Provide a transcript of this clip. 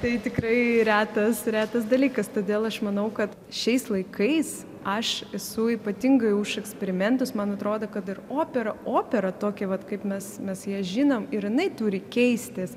tai tikrai retas retas dalykas todėl aš manau kad šiais laikais aš esu ypatingai už eksperimentus man atrodo kad ir opera opera tokia vat kaip mes mes ją žinom ir jinai turi keistis